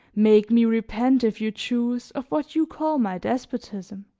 make me repent, if you choose, of what you call my despotism.